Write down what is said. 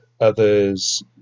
others